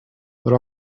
but